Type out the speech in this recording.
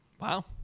Wow